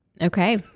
Okay